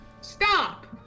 Stop